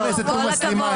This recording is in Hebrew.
חברת הכנסת תומא סלימאן.